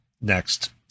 next